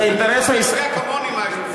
אתה יודע כמוני מה יש בפנים.